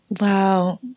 Wow